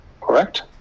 Correct